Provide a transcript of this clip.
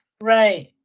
Right